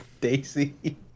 daisy